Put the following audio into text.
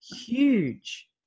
huge